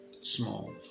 small